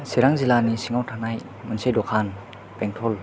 चिरां जिल्लानि सिङाव थानाय मोनसे दखान बेंथल